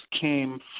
came